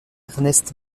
ernest